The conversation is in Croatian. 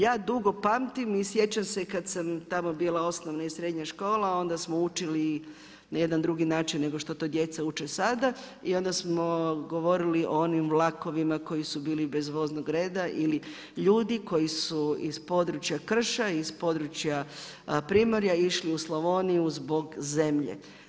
Ja dugo pamtim i sjećam se kada sam tamo bila osnovna i srednja škola, onda smo učili na jedan drugi način nego što to djeca uče sada i onda smo govorili o onim vlakovima koji su bili bez voznog reda ili ljudi koji su iz područja krša, iz područja primorja išli u Slavoniju zbog zemlje.